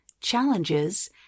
challenges